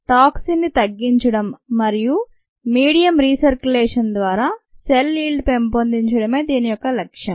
టాక్సిన్ని తగ్గించడం మరియు medium recirculation ద్వారా సెల్ ఈల్డ్ పెంపొందించడమే దీని యొక్క లక్ష్యం